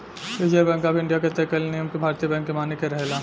reserve bank of India के तय कईल नियम के भारतीय बैंक के माने के रहेला